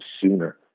sooner